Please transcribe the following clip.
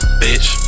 bitch